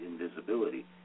invisibility